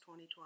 2020